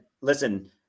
listen